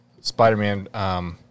Spider-Man